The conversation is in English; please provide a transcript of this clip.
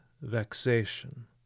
vexation